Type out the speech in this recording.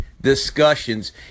discussions